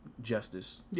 justice